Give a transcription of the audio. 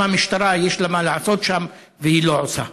גם המשטרה יש לה מה לעשות שם, והיא לא עושה.